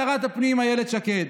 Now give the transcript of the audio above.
שרת הפנים אילת שקד,